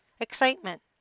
excitement